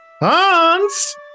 Hans